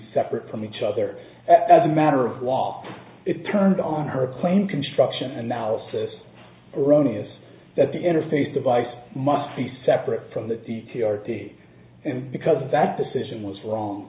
separate from each other as a matter of law it turned on her plane construction analysis erroneous that the interface device must be separate from the d t r t and because that decision was wrong